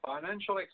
financial